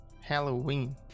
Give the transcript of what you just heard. halloween